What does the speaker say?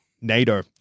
Nato